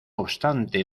obstante